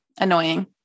Annoying